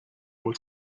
was